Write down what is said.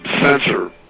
sensor